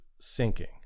sinking